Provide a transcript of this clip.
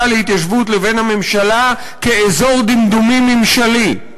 להתיישבות לבין הממשלה כאזור דמדומים ממשלי.